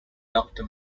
doctor